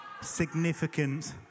significant